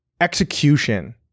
Execution